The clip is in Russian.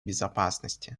безопасности